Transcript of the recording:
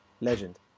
Legend